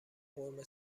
قورمه